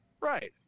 Right